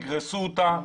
תגרסו אותה,